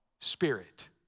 spirit